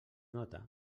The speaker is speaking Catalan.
nota